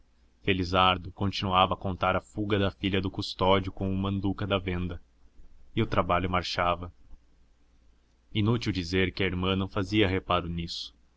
felizardo continuava a contar a fuga da filha do custódio com o manduca da venda e o trabalho marchava inútil é dizer que a irmã não fazia reparo nisso